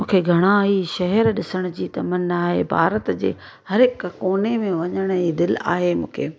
मूंखे घणा ई शहर ॾिसण जी तमना आहे भारत जे हर हिकु कोने में वञण जी दिलि आहे मूंखे